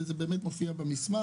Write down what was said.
ההסדר